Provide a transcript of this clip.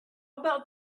about